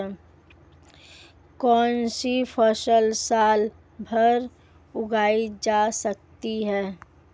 कौनसी फसल साल भर उगाई जा सकती है?